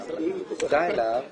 קשה נורא למדוד